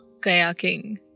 kayaking